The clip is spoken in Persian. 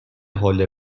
حال